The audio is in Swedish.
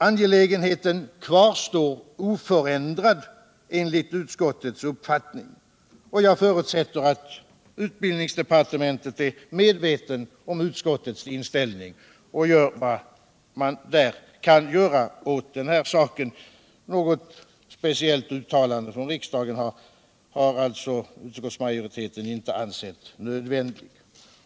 Angeligenheten kvarstår oförändrad enligt utskottets uppfattning. och jag förutsätter att utbildningsdepartementet är medvetet om utskottets inställning och gör vad man där kan göra åt den här saken. Nägot speciellt uttalande från riksdagen har alltså utskottsmajoriteten inte ansett nödviändiut.